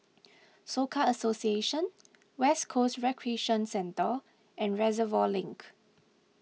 Soka Association West Coast Recreation Centre and Reservoir Link